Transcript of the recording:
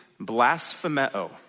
blasphemeo